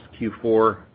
Q4